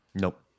Nope